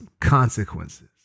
consequences